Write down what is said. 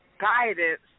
guidance